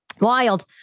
Wild